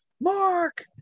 Mark